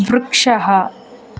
वृक्षः